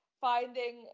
finding